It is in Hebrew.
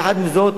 יחד עם זאת,